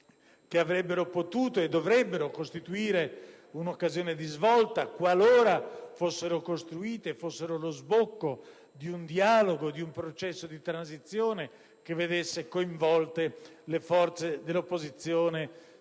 che potrebbero e dovrebbero costituire un'occasione di svolta, qualora fossero lo sbocco di un dialogo e di un processo di transizione che vedesse coinvolte le forze dell'opposizione